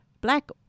black